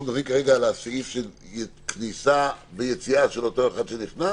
אנחנו מדברים כרגע על הסעיף של כניסה ויציאה של אותו אחד שנכנס?